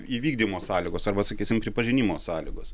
įvykdymo sąlygos arba sakysim pripažinimo sąlygos